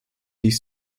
dies